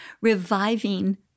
reviving